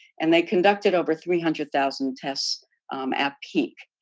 and they conducted over three hundred thousand tests at peak.